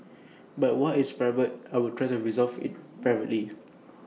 but what is private I will try to resolve privately